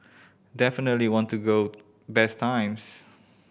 definitely want to go best times